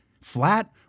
Flat